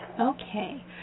Okay